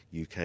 UK